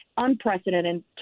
unprecedented